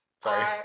Sorry